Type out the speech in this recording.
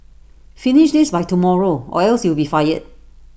finish this by tomorrow or else you'll be fired